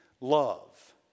love